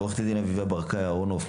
עו"ד אביבית ברקאי-אהרונוף,